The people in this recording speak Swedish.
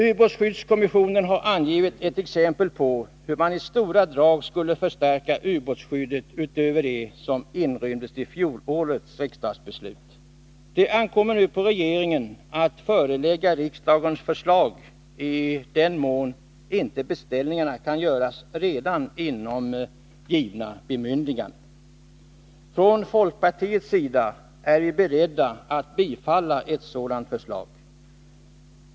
Ubåtsskyddskommissionen har angivit ett exempel på hur man i stora drag skulle förstärka ubåtsskyddet utöver det som inrymdes i fjolårets riksdagsbeslut. Det ankommer nu på regeringen att förelägga riksdagen förslag, i den mån inte beställningarna kan göras inom redan givna bemyndiganden. Från folkpartiets sida är vi beredda att bifalla ett sådant förslag.